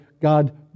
God